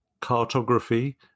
Cartography